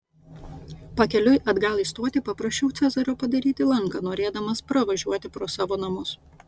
pakeliui atgal į stotį paprašiau cezario padaryti lanką norėdamas pravažiuoti pro savo namus